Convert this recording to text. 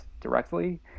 directly